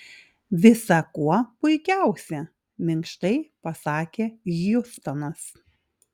visa kuo puikiausia minkštai pasakė hjustonas